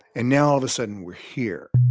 and now, all of a sudden, we're here.